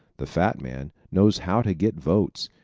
the fat man knows how to get votes.